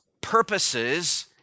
purposes